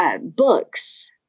Books